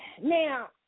Now